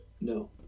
no